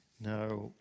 Now